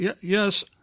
Yes